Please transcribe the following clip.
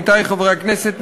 עמיתי חברי הכנסת,